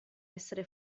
essere